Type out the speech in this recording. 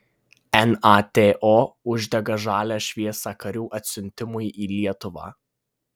nato uždega žalią šviesą karių atsiuntimui į lietuvą